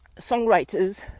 songwriters